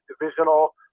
divisional